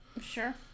Sure